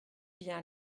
bien